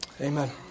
Amen